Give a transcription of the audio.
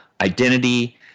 identity